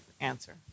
answer